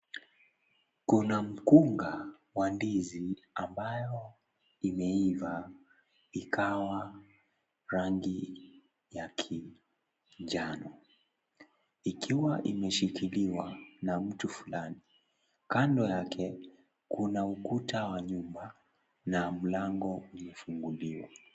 Kuna mkunga wa ndizi, ambayo imeiva ikawa yangi ya kiwi njana. Ikiwa imeshikiliwa na mtu fulani. Kando yake kuna ukuta wa nyumba na mlango imefunguliwa.